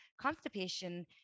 constipation